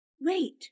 Wait